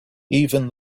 even